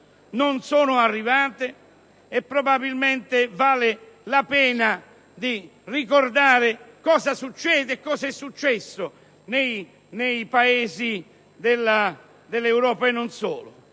non sono arrivate, probabilmente vale la pena ricordare cosa succede e cosa è successo nei Paesi dell'Europa, e non solo.